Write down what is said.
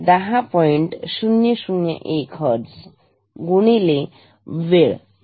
001हर्ट्झ गुणिले वेळ जो 0